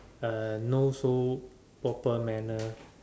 uh no so proper manner